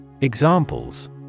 Examples